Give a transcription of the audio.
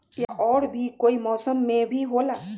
या और भी कोई मौसम मे भी होला?